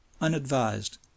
unadvised